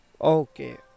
okay